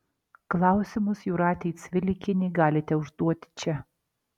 klausimus jūratei cvilikienei galite užduoti čia